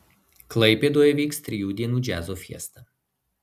klaipėdoje vyks trijų dienų džiazo fiesta